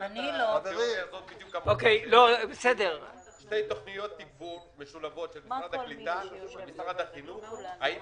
שתי תוכניות תגבור משולבות משרד החינוך - האם